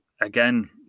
again